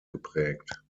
geprägt